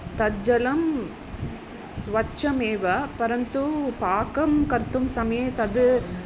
तज्जलं स्वच्छमेव परन्तु पाकं कर्तुं समये तद्